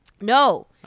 No